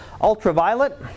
Ultraviolet